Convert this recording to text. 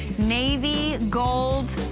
navy, gold,